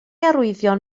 arwyddion